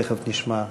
תכף נשמע מהשר.